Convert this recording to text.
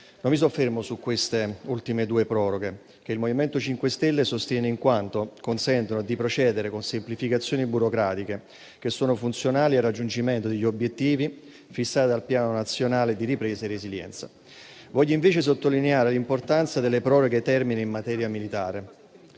Non mi soffermo su queste ultime due proroghe, che il MoVimento 5 Stelle sostiene in quanto consentono di procedere con semplificazioni burocratiche che sono funzionali al raggiungimento degli obiettivi fissati dal piano nazionale di ripresa e resilienza. Voglio invece sottolineare l'importanza delle proroghe dei termini in materia militare.